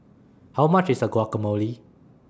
How much IS A Guacamole